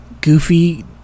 goofy